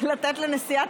שנייה.